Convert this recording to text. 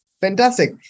Fantastic